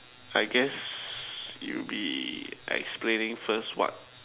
I guess you be explaining first what